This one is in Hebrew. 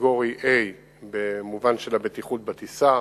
לקטגוריה A במובן של בטיחות הטיסה.